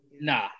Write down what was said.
Nah